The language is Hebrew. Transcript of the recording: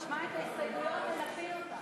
נשמע את ההסתייגויות ונפיל אותן.